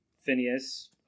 Phineas